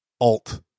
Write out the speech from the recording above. alt